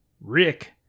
Rick